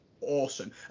awesome